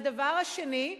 הדבר השני,